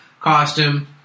costume